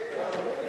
נתקבל.